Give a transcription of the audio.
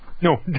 no